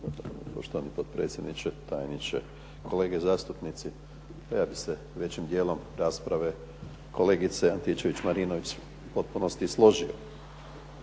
Poštovani potpredsjedniče, tajniče, kolege zastupnici pa ja bi se većim dijelom rasprave kolegice Antičević-Marinović u potpunosti složio,